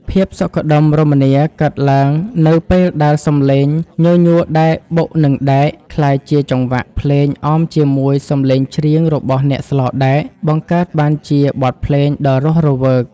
ភាពសុខដុមរមនាកើតឡើងនៅពេលដែលសម្លេងញញួរដែលបុកនឹងដែក ក្លាយជាចង្វាក់ភ្លេងអមជាមួយសម្លេងច្រៀងរបស់អ្នកស្លដែក បង្កើតបានជាបទភ្លេងដ៏រស់រវើក។